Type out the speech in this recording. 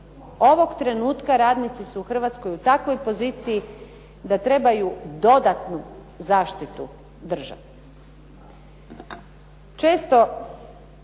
Ovog trenutka radnici su u Hrvatskoj u takvoj poziciji, da trebaju dodatnu zaštitu države. Često